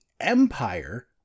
Empire